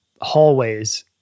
hallways